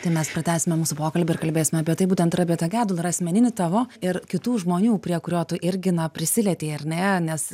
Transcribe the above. tai mes pratęsime mūsų pokalbį ir kalbėsime apie tai būtent ir apie tą gedulą ir asmeninį tavo ir kitų žmonių prie kurio tu irgi na prisilietei ar ne nes